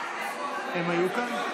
הם היו כאן?